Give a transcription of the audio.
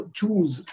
choose